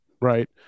right